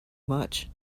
much